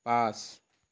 pass